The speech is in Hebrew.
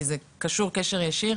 כי, זה קשור קשר ישיר